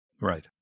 Right